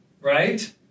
right